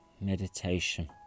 meditation